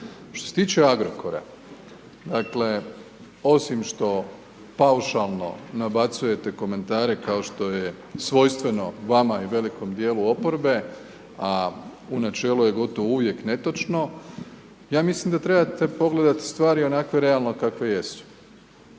Što se tiče Agrokora, dakle, osim što paušalno nabacujete komentare kao što je svojstveno vama i velikom dijelu oporbe, a u načelu je gotovo uvijek netočno, ja mislim da trebate pogledati stvari onakve realno kakve jesu.